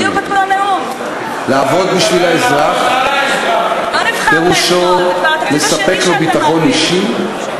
זה אותו נאום של פעם קודמת, מה השתנה מאז 2013?